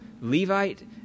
Levite